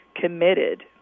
committed